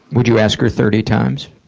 would you ask her thirty times?